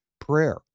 prayer